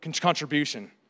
contribution